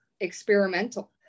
experimental